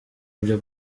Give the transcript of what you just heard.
byo